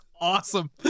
awesome